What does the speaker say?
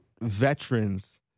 veterans